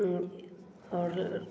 और